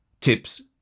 Tips